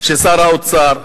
ששר האוצר,